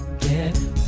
Get